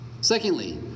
secondly